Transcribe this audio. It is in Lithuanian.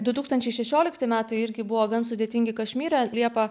du tūkstančiai šešiolikti metai irgi buvo gan sudėtingi kašmyre liepą